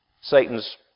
Satan's